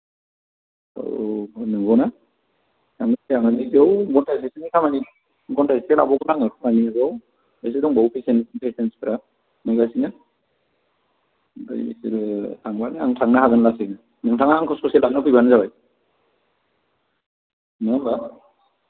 औ नंगौना थांनोथ' हागौमोन बेयाव बेफोरनो खामानि घन्टा इसे लाबावगोन आङो थांनो बेयाव एसे दंबावो पेसेन्सफोरा नायगासिनो ओमफ्राय बिसोरो थांबानो आं थांजागोन नोंथाङा आंखौ ससे लांनो फैबानो जाबाय नङा होमब्ला